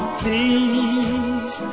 please